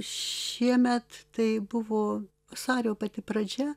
šiemet tai buvo vasario pati pradžia